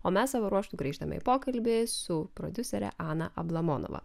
o mes savo ruožtu grįžtame į pokalbį su prodiusere ana ablamonova